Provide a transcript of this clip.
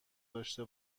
داشته